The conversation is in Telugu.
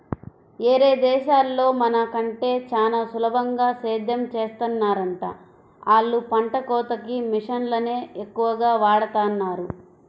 యేరే దేశాల్లో మన కంటే చానా సులభంగా సేద్దెం చేత్తన్నారంట, ఆళ్ళు పంట కోతకి మిషన్లనే ఎక్కువగా వాడతన్నారు